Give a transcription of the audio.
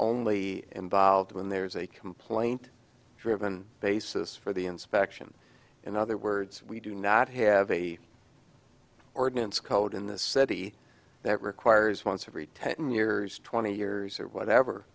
only involved when there is a complaint driven basis for the inspection in other words we do not have a ordinance code in the city that requires once every ten years twenty years or whatever